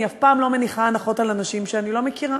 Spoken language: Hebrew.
אני אף פעם לא מניחה הנחות על אנשים שאני לא מכירה.